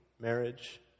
marriage